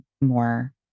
more